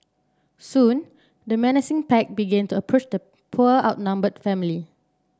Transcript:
soon the menacing pack began to approach the poor outnumbered family